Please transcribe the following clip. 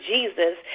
Jesus